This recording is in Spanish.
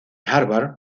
harvard